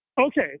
Okay